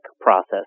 process